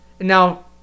now